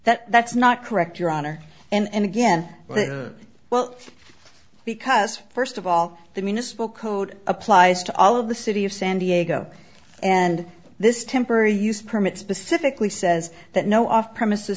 that that's not correct your honor and again well because first of all the municipal code applies to all of the city of san diego and this temporary use permit specifically says that no off premise